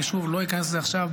אני לא איכנס לזה עכשיו,